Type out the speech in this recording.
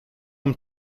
him